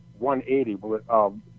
180